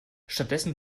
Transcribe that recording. stattdessen